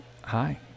hi